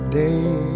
day